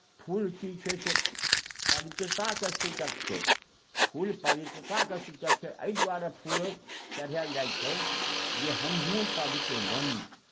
फूल चीज छै से पवित्रताके सूचक छै फूल पवित्रताके सूचक छै एहि दुआरे फूल चढ़ायल जाइ छै जे हमहूँ पवित्र बनी